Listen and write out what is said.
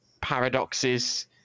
paradoxes